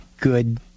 good